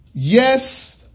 Yes